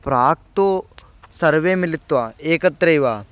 प्राक्तु सर्वे मिलित्वा एकत्रैव